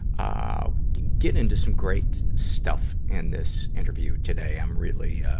um get into some great stuff in this interview today. i'm really, ah,